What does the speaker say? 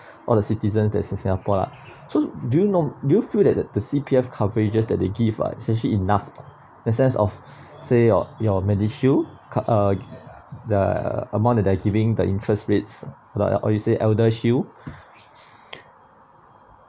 all the citizens that's in singapore lah so do you know do you feel that that the C_P_F coverages that they give uh is actually enough the sense of say or your medishield uh the amount that they're giving the interest rates are or you say eldershield